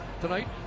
Tonight